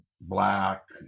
black